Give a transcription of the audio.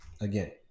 again